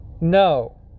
No